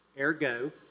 Ergo